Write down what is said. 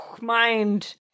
Mind